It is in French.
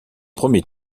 premier